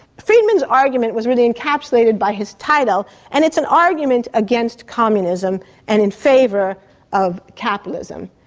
friedman's argument was really encapsulated by his title and it's an argument against communism and in favour of capitalism.